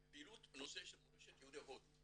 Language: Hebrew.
בפרט נושא של מורשת יהודי הודו,